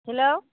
hello